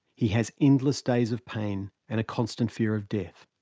he has endless days of pain and a constant fear of death.